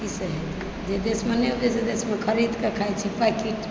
ई सब जे देशमे नहि हेतै ओ देशमे खरीद कऽ खाए छै पैकेट